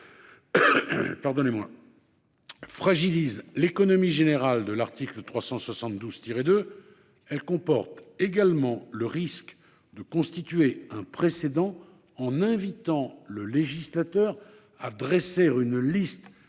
disposition fragilise l'économie générale de l'article 372-2, elle comporte le risque de constituer un précédent en invitant le législateur à dresser une liste